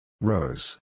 Rose